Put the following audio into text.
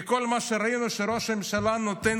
כי כל מה שראינו הוא שראש הממשלה נותן